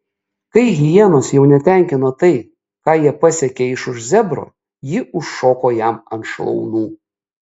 kai hienos jau netenkino tai ką ji pasiekia iš už zebro ji užšoko jam ant šlaunų